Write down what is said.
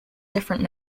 different